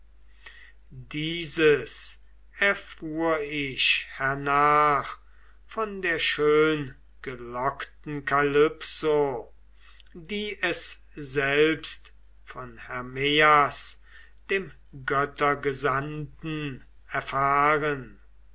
dieses erfuhr ich hernach von der schöngelockten kalypso die es selbst von hermeias dem göttergesandten erfahren